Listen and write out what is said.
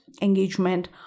engagement